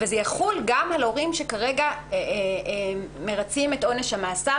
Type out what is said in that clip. אבל זה יחול גם על הורים שכרגע מרצים את עונש המאסר